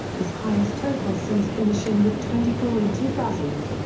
his highest total since finishing with twenty four in two thousand.